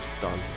done